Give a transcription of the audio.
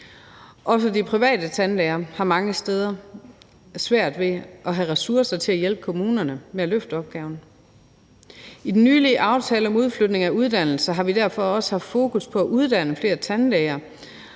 også de private tandlæger har mange steder svært ved at have ressourcer nok til at hjælpe kommunerne med at løfte opgaven. I den nylige aftale om udflytning af uddannelser har vi derfor også haft fokus på at uddanne flere tandlæger